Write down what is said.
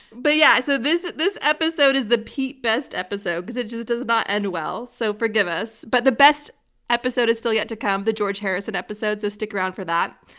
but, yeah, so this this episode is the pete best episode, cause it just does not end well. so, forgive us. but the best episode is still yet to come, the george harrison episode, so stick around for that.